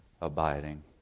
abiding